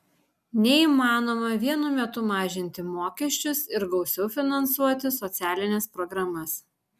neįmanoma vienu metu mažinti mokesčius ir gausiau finansuoti socialines programas